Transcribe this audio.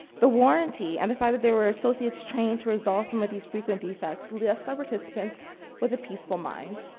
the warranty and the fact that there were associates trained to resolve some of these frequent defects left our participants with a peaceful mind.